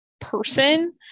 person